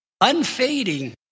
unfading